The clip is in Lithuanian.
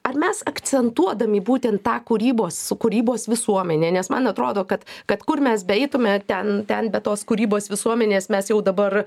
ar mes akcentuodami būten tą kūrybos su kūrybos visuomene nes man atrodo kad kad kur mes beeitume ten ten be tos kūrybos visuomenės mes jau dabar